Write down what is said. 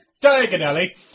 Diagonally